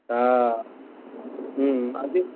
हा अॼु